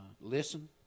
listen